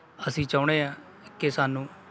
ਅਸੀਂ ਚਾਹੁੰਦੇ ਹਾਂ ਕਿ ਸਾਨੂੰ